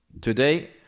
Today